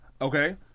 Okay